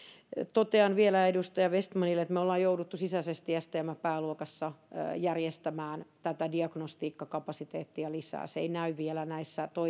totean vielä edustaja vestmanille että me olemme joutuneet sisäisesti stmn pääluokassa järjestämään tätä diagnostiikkakapasiteettia lisää se ei näy vielä näissä